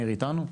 מאיר אתנו?